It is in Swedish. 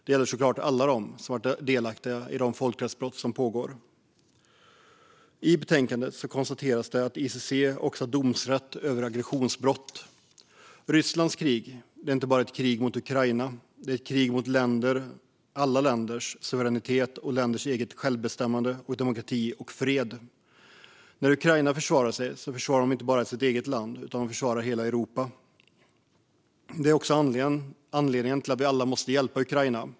Det gäller såklart alla som har varit delaktiga i de folkrättsbrott som pågår. I betänkandet konstateras det att ICC också har domsrätt över aggressionsbrott. Rysslands krig är inte bara ett krig mot Ukraina. Det är ett krig mot alla länders suveränitet, mot länders självbestämmande och mot demokrati och fred. När Ukraina försvarar sig försvarar de inte bara sitt eget land, utan de försvarar hela Europa. Det är anledningen till att vi alla måste hjälpa Ukraina.